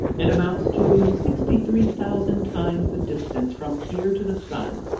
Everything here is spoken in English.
it amounts to sixty-three thousand times the distance from here to the sun!